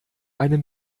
einem